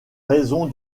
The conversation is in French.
raison